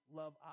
love